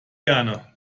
gerne